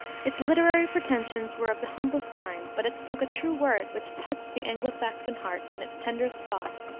its literary pretensions were of the humblest kind, but it spoke a true word which touched the anglo-saxon heart in its tenderest spot,